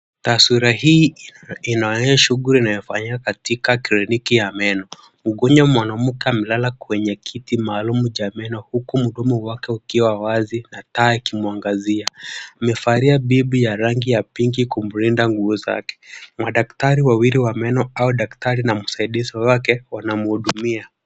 Taswira hii inaonyesha shughuli inayofanyika katika kliniki ya meno. Mgonjwa mwanamke amelala kwenye kiti maalum cha meno huku mdomo wake ukiwa wazi na taa ikimwangazia. Amevalia beeb ya rangi ya pinki kumlinda nguo zake. Madaktari wawili wa meno au daktari na msaidizi wake wanamhudumia.